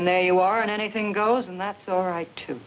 and there you are and anything goes and that's alright too